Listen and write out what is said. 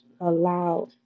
allow